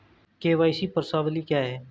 KYC प्रश्नावली क्या है?